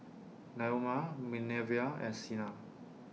Naoma Minervia and Sina